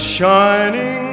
shining